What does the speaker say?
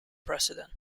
president